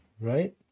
right